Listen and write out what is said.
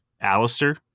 Alistair